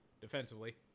defensively